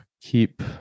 keep